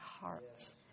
hearts